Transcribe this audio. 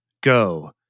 go